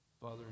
Father